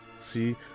see